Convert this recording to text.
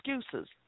excuses